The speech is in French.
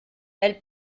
elle